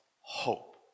hope